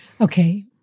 Okay